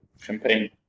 Champagne